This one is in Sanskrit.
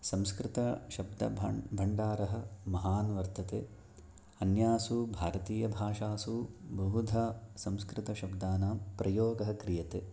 संस्कृतशब्दभाण्डारं महान् वर्तते अन्यासु भारतीयभाषासु बहुधा संस्कृतशब्दानां प्रयोगः क्रियते